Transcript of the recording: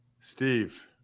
Steve